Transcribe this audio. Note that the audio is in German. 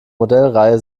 modellreihe